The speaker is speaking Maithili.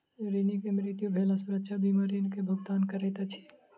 ऋणी के मृत्यु भेला सुरक्षा बीमा ऋण के भुगतान करैत अछि